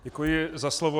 Děkuji za slovo.